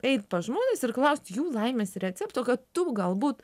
eit pas žmones ir klausti jų laimės recepto kad tu galbūt